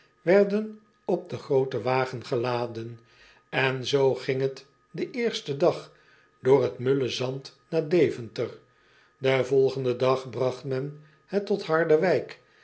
werden op den grooten wagen geladen en zoo ging het den eersten dag door het mulle zand naar eventer en volgenden dag bragt men het tot arderwijk